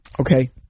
Okay